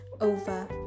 over